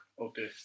Okay